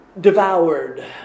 devoured